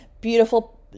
beautiful